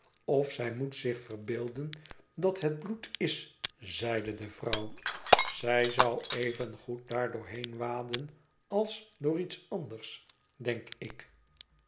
of zij moet zich verbeelden dat het bloed is zeide de vrouw zij zou evengoed daardoor heen waden als door iets anders denk ik